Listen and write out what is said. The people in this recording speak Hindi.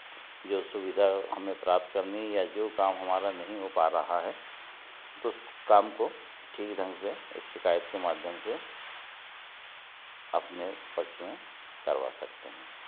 जो सुविधा हमें प्राप्त करनी है या जो काम हमारा नहीं हो पा रहा है तो उस काम को ठीक ढंग से एक शिकायत के माध्यम से अपने पक्ष में करवा सकते हैं